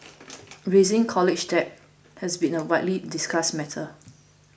rising college debt has been a widely discussed matter